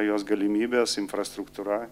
jos galimybės infrastruktūra